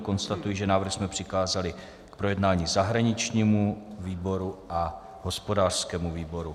Konstatuji, že návrh jsme přikázali k projednání zahraničnímu výboru a hospodářskému výboru.